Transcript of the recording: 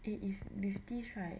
eh if with this right